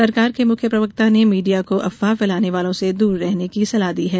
सरकार के मुख्य प्रवक्ता ने मीडिया को अफवाह फैलाने वालों से दूर रहने की सलाह दी है